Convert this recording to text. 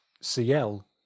CL